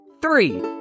three